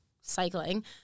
cycling